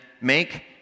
make